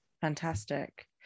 fantastic